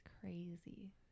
crazy